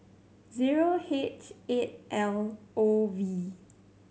zero H eight L O V